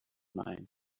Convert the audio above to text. mine